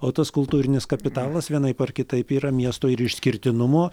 o tas kultūrinis kapitalas vienaip ar kitaip yra miesto ir išskirtinumo